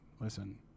listen